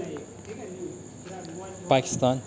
Pakistan